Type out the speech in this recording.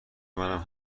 منم